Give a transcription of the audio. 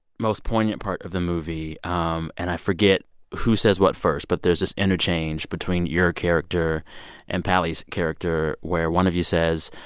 most poignant part of the movie um and i forget who says what first but there's this interchange between your character and pally's character where one of you says,